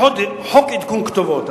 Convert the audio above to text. בחוק עדכון כתובת,